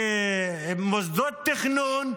במוסדות תכנון,